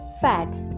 fats